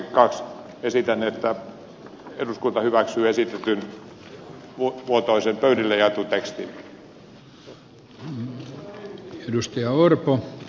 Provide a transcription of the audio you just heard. esitän että eduskunta hyväksyy esitetyn muotoisen pöydille jaetun tekstin